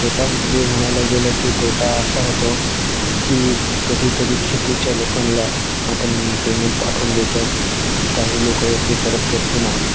तोटा म्हणजे म्हणायला गेलं की तोटा असा होतो की कधीकधी चुकीच्या लोकांला आपण पेमेंट पाठवून देतो काही लोक ते परत करत नाही